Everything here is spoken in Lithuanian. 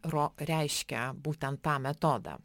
ro reiškia būtent tą metodą